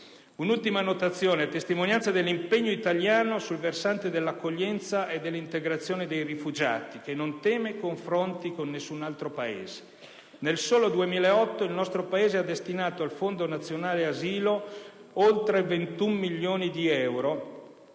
Un'ultima notazione a testimonianza dell'impegno italiano sul versante dell'accoglienza e dell'integrazione dei rifugiati, che non teme confronti con nessun altro Paese: nel solo 2008 il nostro Paese ha destinato al Fondo nazionale asilo oltre 21.000.000 euro,